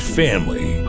family